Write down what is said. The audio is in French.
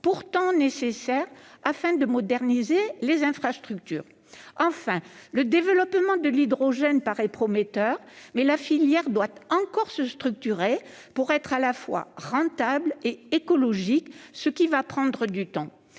pourtant nécessaires pour moderniser les infrastructures. Enfin, le développement de l'hydrogène paraît prometteur, mais la filière doit encore se structurer pour être à la fois rentable et écologique, ce qui va prendre du temps.